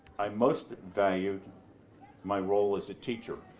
i most value my role as a teacher,